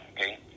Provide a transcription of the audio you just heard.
okay